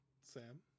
Sam